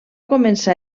començar